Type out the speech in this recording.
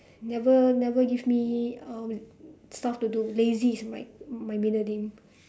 never never give me uh stuff to do lazy is my my middle name